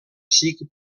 sigui